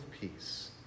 peace